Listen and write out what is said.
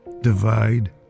divide